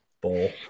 Bowl